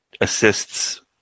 assists